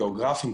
גיאוגרפיים,